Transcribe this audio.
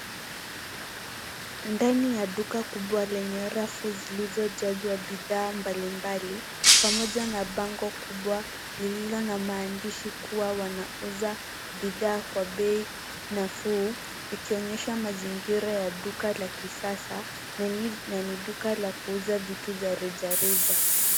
Ndani ya duka kubwa lenye rafu zilizojazwa bidhaa mbali mbali, pamoja na bango kubwa lililo na maandishi kuwa wanauza bidhaa kwa bei nafuu, ikionyesha mazingira ya duka la kisasa na ni duka la kuza vitu za rejareja.